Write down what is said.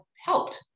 helped